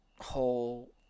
whole